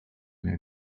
mehr